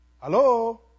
hello